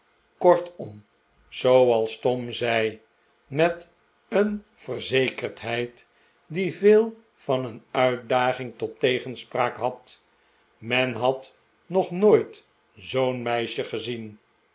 kortom zooals tom zei met een verzekerdheid die veel van een uitdaging tot tegenspraak had men had nog nooit zoo'n meisje gezieh